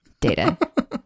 Data